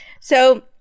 So-